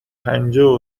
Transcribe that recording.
پنجاه